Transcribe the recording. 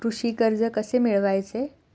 कृषी कर्ज कसे मिळवायचे?